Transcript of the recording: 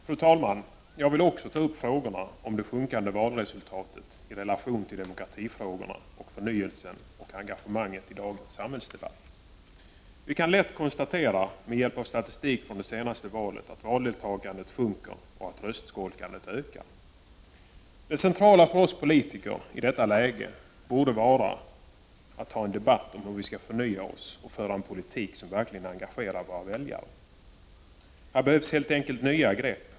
Fru talman! Också jag vill ta upp frågorna om det sjunkande valdeltagandet i relation till demokratifrågorna, förnyelsen och engagemanget i dagens samhällsdebatt. Vi kan lätt konstatera, med hjälp av statistik från det senaste valet, att valdeltagandet sjunker och att röstskolkandet ökar. Det centrala för oss politiker i detta läge borde vara att ta en debatt om hur vi skall förnya oss och föra en politik som verkligen engagerar våra väljare. Här behövs helt enkelt nya grepp.